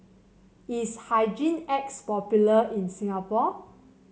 is Hygin X popular in Singapore